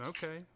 Okay